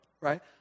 Right